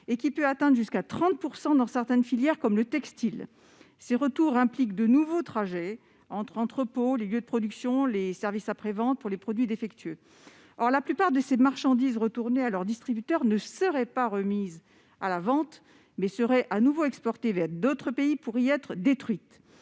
et qui peut atteindre jusqu'à 30 % dans certaines filières comme le textile ». Ces retours impliquent de nouveaux trajets entre les entrepôts, les lieux de production et les services après-vente, pour les produits défectueux. Or la plupart de ces marchandises retournées à leur distributeur seraient non pas remises en vente, mais de nouveau exportées vers d'autres pays, pour y être détruites.